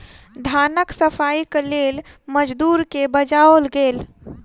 धानक सफाईक लेल मजदूर के बजाओल गेल